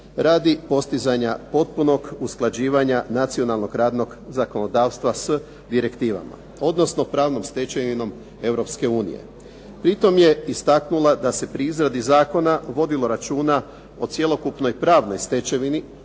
radi postizanja potpunog usklađivanja nacionalnog radnog zakonodavstva s direktivama, odnosno pravnom stečevinom Europske unije. Pri tome je istaknula da se pri izradi zakona vodilo računa o cjelokupnoj pravnoj stečevini,